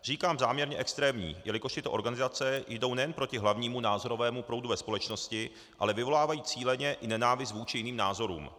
Říkám záměrně extrémních, jelikož tyto organizace jdou nejen proti hlavnímu názorovému proudu ve společnosti, ale vyvolávají cíleně i nenávist vůči jiným názorům.